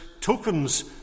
tokens